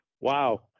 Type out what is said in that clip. wow